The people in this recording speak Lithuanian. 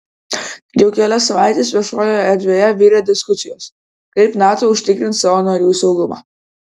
jau kelias savaites viešojoje erdvėje virė diskusijos kaip nato užtikrins savo narių saugumą